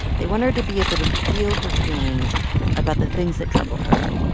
they want her to be able to feel her feelings about the things that trouble her.